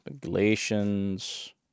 Galatians